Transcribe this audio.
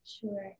Sure